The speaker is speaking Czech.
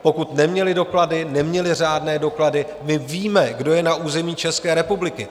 Pokud neměli doklady, neměli řádné doklady, my víme, kdo je na území České republiky.